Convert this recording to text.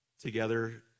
Together